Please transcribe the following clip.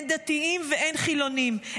אין דתיים ואין חילונים,